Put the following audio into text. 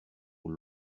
aux